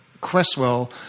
Cresswell